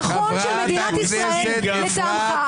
בביטחון של מדינת ישראל לטעמך,